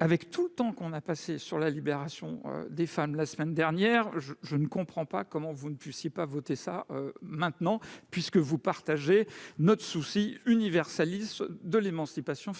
Avec le temps que nous avons consacré à la libération des femmes la semaine dernière, je ne comprendrais pas, mes chers collègues, que vous ne puissiez pas voter cet amendement, puisque vous partagez notre souci universaliste de l'émancipation féminine.